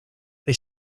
they